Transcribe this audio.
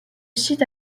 site